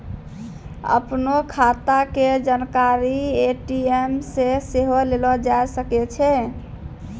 अपनो खाता के जानकारी ए.टी.एम से सेहो लेलो जाय सकै छै